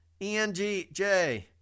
ENGJ